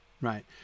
right